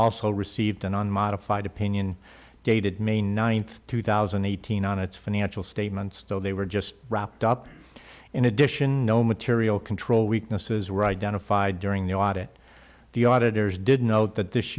also received an unmodified opinion dated may ninth two thousand and eighteen on its financial statements though they were just wrapped up in addition no material control weaknesses were identified during the audit the auditors did note that this